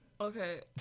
Okay